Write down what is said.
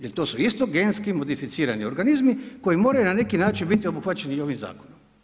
Jer to su isto genski modificirani organizmi, koji moraju na neki način biti obuhvaćeni i ovim zakonom.